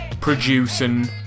producing